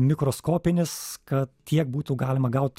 mikroskopinis kad tiek būtų galima gaut